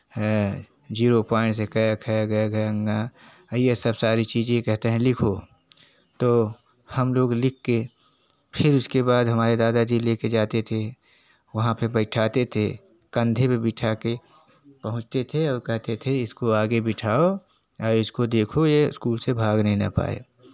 है zero point से क ख ग घ ङ ये सब सारी चीजें कहते हैं लिखो तो हम लोग लिख के फिर उसके बाद हमारे दादाजी लेके जाते थे वहाँ पर बैठाते थे कंधे में बिठाके पहुँचते थे और कहते थे इसको आगे बिठाओ और इसको देखो ये स्कूल से भाग नहीं ना पाए